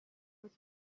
was